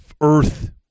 earth